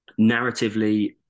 narratively